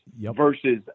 versus